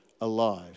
alive